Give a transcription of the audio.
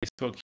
Facebook